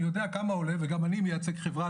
אני יודע כמה עולה וגם אני מייצג חברה,